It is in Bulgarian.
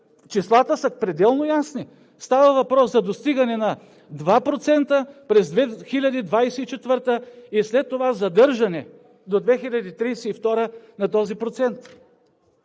числата са пределно ясни. Става въпрос за достигане на 2% през 2024 г. и след това задържане до 2032 г. на този процент.